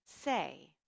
say